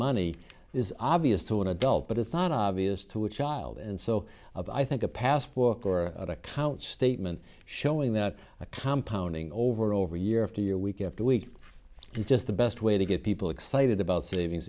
money is obvious to an adult but it's not obvious to a child and so i think a pass book or account statement showing that compound over and over year after year week after week is just the best way to get people excited about savings